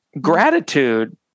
gratitude